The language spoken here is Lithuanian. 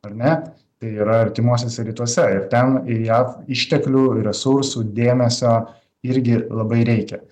ar ne tai yra artimuosiuose rytuose ir ten į jav išteklių ir resursų dėmesio irgi labai reikia